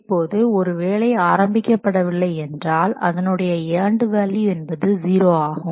இப்போது ஒரு வேலை ஆரம்பிக்கப்படவில்லை என்றால் அதனுடைய ஏண்டு வேல்யூ என்பது 0 ஆகும்